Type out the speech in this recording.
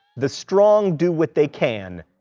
the strong do what they can,